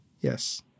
Yes